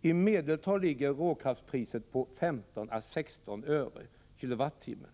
I medeltal ligger råkraftspriset på 15-16 öre/kWh.